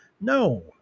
No